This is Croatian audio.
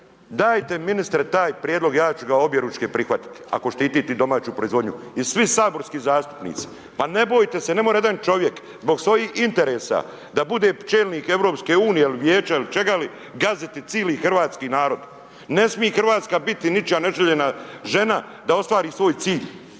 Dajte ministre taj prijedlog, ja ću ga objeručke prihvatiti ako štitite domaću proizvodnju i svi saborski zastupnici. Pa ne bojte se, ne može jedan čovjek zbog svojih interesa da bude čelnik EU ili Vijeća ili čega li gaziti cijeli hrvatski narod. Ne smije Hrvatska biti ničija neželjena žena da ostvari svoj cilj.